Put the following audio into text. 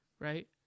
right